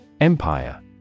Empire